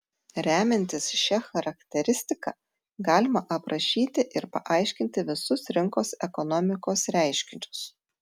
remiantis šia charakteristika galima aprašyti ir paaiškinti visus rinkos ekonomikos reiškinius